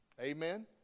Amen